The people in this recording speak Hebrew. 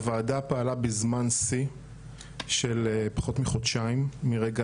הוועדה פעלה בזמן שיא של פחות מחודשיים שחלפו מרגע